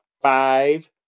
five